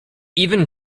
even